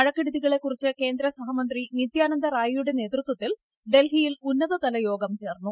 മഴ കെടുതികളെ ്കുറിച്ച് കേന്ദ്ര സഹമന്ത്രി നിത്യാനന്ദ റായിയുടെ നേതൃത്വത്തിൽ ് ഡൽഹിയിൽ ഉന്നതതല യോഗം ചേർന്നു